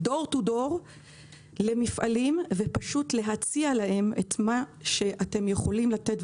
door to door למפעלים ופשוט להציע להם את מה שאתם יכולים לתת,